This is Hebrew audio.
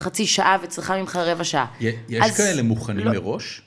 חצי שעה וצריכה ממך רבע שעה. יש כאלה מוכנים מראש?